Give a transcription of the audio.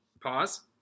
pause